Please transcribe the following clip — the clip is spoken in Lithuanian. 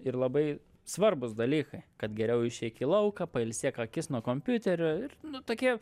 ir labai svarbūs dalykai kad geriau išeik į lauką pailsėk akis nuo kompiuterio ir nu tokie